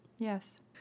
Yes